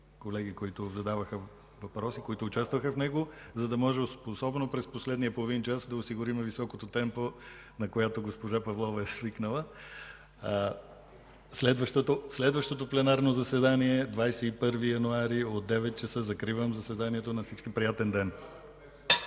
колеги, които задаваха въпроси, които участваха в него, за да можем, особено през последния половин час, да осигурим високото темпо, на което е свикнала госпожа Павлова. Следващото пленарно заседание е на 21 януари 2015 г. от 9,00 ч. Закривам заседанието. На всички – приятен ден!